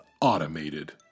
automated